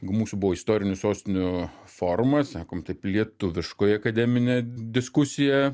mūsų buvo istorinių sostinių forumas sakom taip lietuviškoj akademinė diskusija